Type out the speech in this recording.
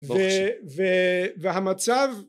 והמצב